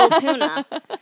tuna